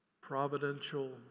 providential